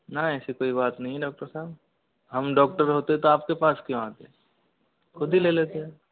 ना ऐसी कोई बात नहीं है डॉक्टर साहब हम डॉक्टर होते तो आपके पास क्यों आते खुद ही ले लेते